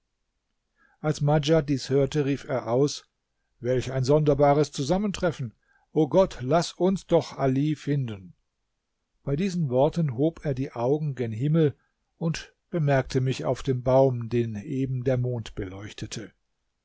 als madjad dies hörte rief er aus welch ein sonderbares zusammentreffen o gott laß uns doch ali finden bei diesen worten hob er die augen gen himmel und bemerkte mich auf dem baum den eben der mond beleuchtete